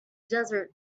desert